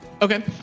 Okay